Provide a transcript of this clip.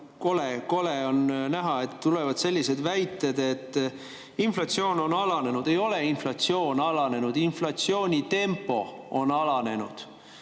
kole on näha, et tulevad sellised väited, nagu see, et inflatsioon on alanenud. Ei ole inflatsioon alanenud, inflatsiooni tempo on alanenud,